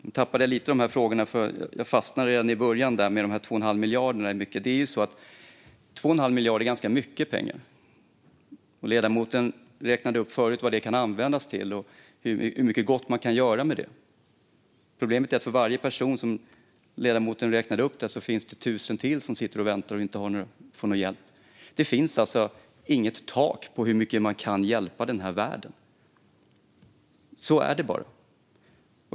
Nu tappade jag frågorna lite grann, eftersom jag fastnade redan i början kring de 2 1⁄2 miljarderna. Det är ju så att 2 1⁄2 miljard är ganska mycket pengar. Ledamoten räknade förut upp vad det kan användas till och hur mycket gott man kan göra med det. Problemet är att för varje person som ledamoten räknade upp finns det tusen till som sitter och väntar och inte får någon hjälp. Det finns alltså inget tak för hur mycket man kan hjälpa den här världen. Så är det bara.